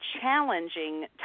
challenging